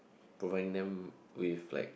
providing them with like